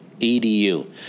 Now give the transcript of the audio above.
edu